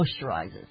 moisturizes